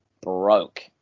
broke